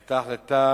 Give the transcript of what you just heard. היתה החלטה